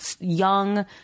young